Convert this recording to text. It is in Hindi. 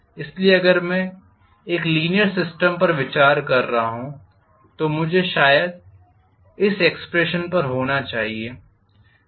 इसलिए अगर मैं एक लीनीयर सिस्टम पर विचार कर रहा हूं तो मुझे शायद इस एक्सप्रेशन पर होना चाहिए